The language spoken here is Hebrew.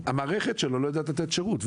המערכת שלו לא יודעת לתת שירות,